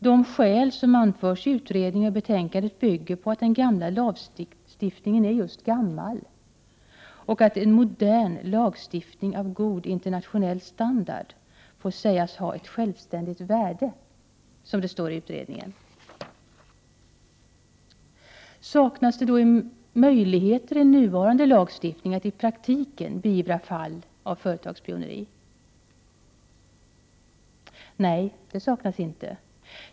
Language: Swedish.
De skäl som anförs i utredning och betänkande bygger på att den gamla lagstiftningen är just gammal och att ”en modern lagstiftning av god internationell standard får sägas ha ett självständigt värde”, som det står i utredningen. Saknas det möjligheter i nuvarande lagstiftning att i praktiken beivra fall av företagsspioneri? Nej, det saknas inte.